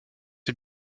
est